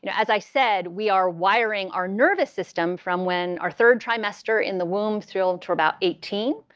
you know as i said, we are wiring our nervous system from when our third trimester in the womb through to about eighteen.